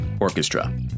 Orchestra